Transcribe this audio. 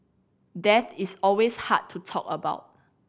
death is always hard to talk about